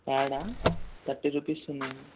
ప్యాడా thirty rupees ఉందండి